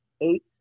eight